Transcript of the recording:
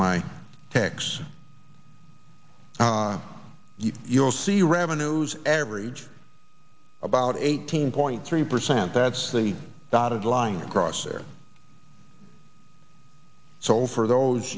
my tax you'll see revenues every about eighteen point three percent that's the dotted line across there so for those